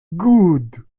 good